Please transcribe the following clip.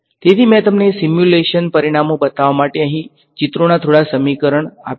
તેથી મેં તમને સિમ્યુલેશન પરિણામો બતાવવા માટે અહીં ચિત્રોના થોડા સરળ સમીકરણો મૂક્યા છે